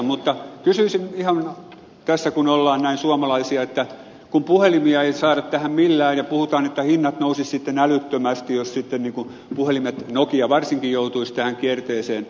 mutta kysyisin ihan tässä kun ollaan näin suomalaisia ja kun puhelimia ei saada tähän millään ja puhutaan että hinnat nousisivat sitten älyttömästi jos puhelimet nokia varsinkin joutuisivat tähän kierteeseen